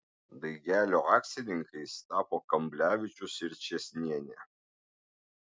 daigelio akcininkais tapo kamblevičius ir čėsnienė